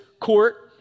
court